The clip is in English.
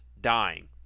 dying